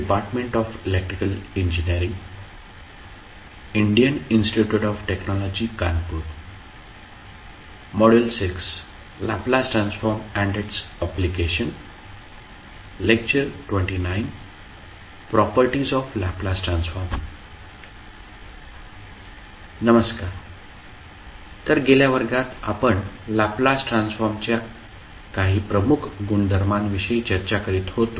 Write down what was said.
नमस्कार तर गेल्या वर्गात आपण लॅपलास ट्रान्सफॉर्मच्या काही प्रमुख गुणधर्मांविषयी चर्चा करीत होतो